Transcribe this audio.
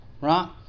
Right